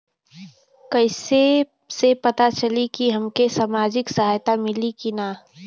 कइसे से पता चली की हमके सामाजिक सहायता मिली की ना?